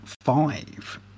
five